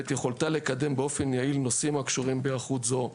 ואת יכולתה לקדם באופן יעיל נושאים הקשורים בהיערכות זו,